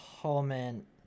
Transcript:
comment